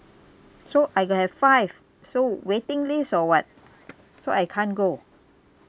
so I have five so waiting list or what so I can't go